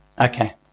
okay